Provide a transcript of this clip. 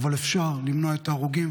אבל אפשר למנוע את ההרוגים,